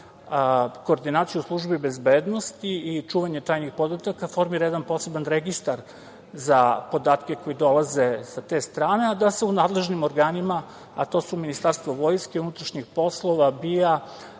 koordinaciju u službi bezbednosti i čuvanje tajnih podataka formira jedan poseban registar za podatke koji dolaze sa te strane, a da se u nadležnim organima, a to su Ministarstvo vojske, unutrašnjih poslova, BIA,